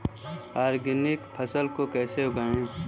Organic फसल को कैसे उगाएँ?